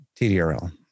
TDRL